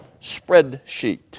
spreadsheet